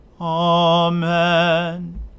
Amen